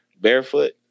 Barefoot